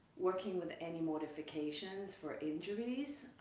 working with any modifications for injuries,